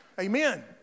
Amen